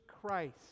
Christ